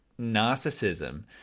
narcissism